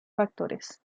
factores